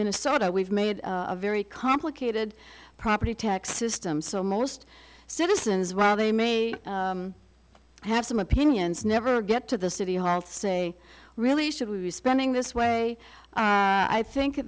minnesota we've made a very complicated property tax system so most citizens while they may have some opinions never get to the city hall to say really should we be spending this way i think